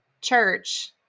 church